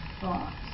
thoughts